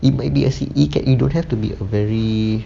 it might be a si~ it don't have to be a very